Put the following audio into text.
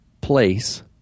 place